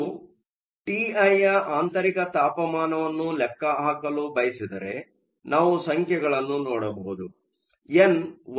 ನೀವು ಟಿಐಯ ಆಂತರಿಕ ತಾಪಮಾನವನ್ನು ಲೆಕ್ಕ ಹಾಕಲು ಬಯಸಿದರೆ ನಾವು ಸಂಖ್ಯೆಗಳನ್ನು ನೋಡಬಹುದು